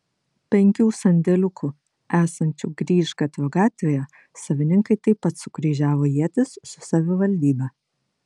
penkių sandėliukų esančių grįžgatvio gatvėje savininkai taip pat sukryžiavo ietis su savivaldybe